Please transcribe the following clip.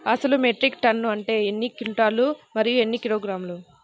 అసలు metric ton అంటే ఎన్ని క్వింటాలు మరియు ఎన్ని కిలోగ్రాములు?